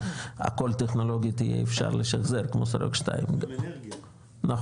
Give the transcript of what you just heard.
הכל טכנולוגית יהיה אפשר לשחזר כמו שורק 2. כן,